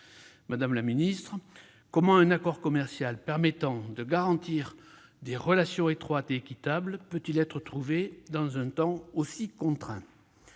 Madame la secrétaire d'État, comment un accord commercial permettant de garantir des relations étroites et équitables peut-il être trouvé dans un temps aussi contraint ?